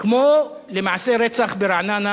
כמו למעשה רצח ברעננה